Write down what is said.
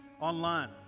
online